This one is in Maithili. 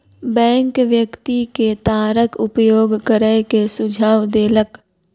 बैंक व्यक्ति के तारक उपयोग करै के सुझाव देलक